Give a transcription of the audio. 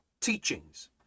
teachings